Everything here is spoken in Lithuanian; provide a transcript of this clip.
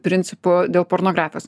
principo dėl pornografijos